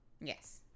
Yes